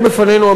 יש בפנינו,